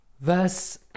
verse